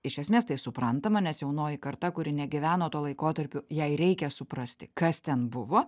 iš esmės tai suprantama nes jaunoji karta kuri negyveno tuo laikotarpiu jai reikia suprasti kas ten buvo